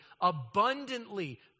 abundantly